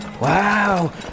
Wow